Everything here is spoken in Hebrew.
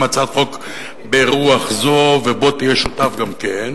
הצעת חוק ברוח זו ובוא תהיה שותף גם כן,